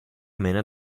mena